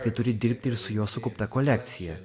tai turi dirbti ir su jo sukaupta kolekcija